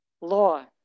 law